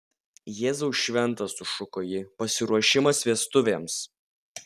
jėzau šventas sušuko ji pasiruošimas vestuvėms